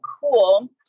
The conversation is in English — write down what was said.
cool